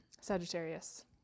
Sagittarius